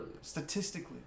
Statistically